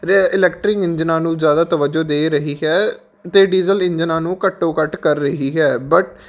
ਰੇ ਇਲੈਕਟਰਿਕ ਇੰਜਨਾਂ ਨੂੰ ਜ਼ਿਆਦਾ ਤਵੱਜੋ ਦੇ ਰਹੀ ਹੈ ਅਤੇ ਡੀਜ਼ਲ ਇੰਜਨਾਂ ਨੂੰ ਘੱਟੋ ਘੱਟ ਕਰ ਰਹੀ ਹੈ ਬਟ